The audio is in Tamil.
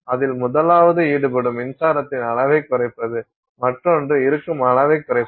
அதில் முதலாவது ஈடுபடும் மின்சாரத்தின் அளவைக் குறைப்பது மற்றொன்று இருக்கும் அளவைக் குறைப்பது